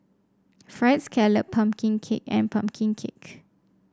fried scallop pumpkin cake and pumpkin cake